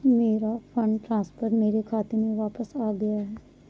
मेरा fund transfer मेरे खाते में वापस आ गया है